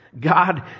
God